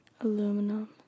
Aluminum